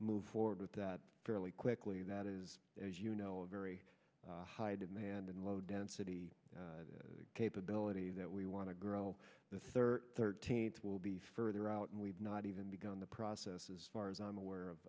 move forward with that fairly quickly that is as you know a very high demand and low density capability that we want to grow the third thirteenth will be further out and we've not even begun the process as far as i'm aware of